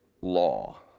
law